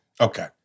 okay